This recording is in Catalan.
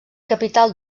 capital